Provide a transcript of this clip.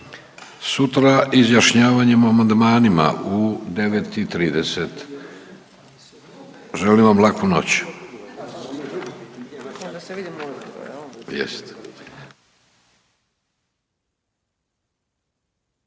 sutra izjašnjavanjem o amandmanima u 9 i 30. Želim vam laku noć.